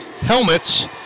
helmets